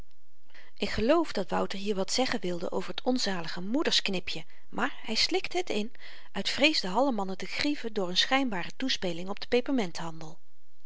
ik geloof dat wouter hier wat zeggen wilde over t onzalige moedersknipje maar hy slikte het in uit vrees de hallemannen te grieven door n schynbare toespeling op den